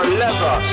leather